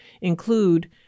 include